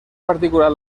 particular